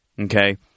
okay